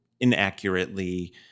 inaccurately